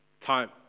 time